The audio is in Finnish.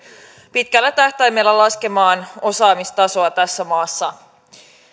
pitkällä tähtäimellä laskemaan osaamistasoa tässä maassa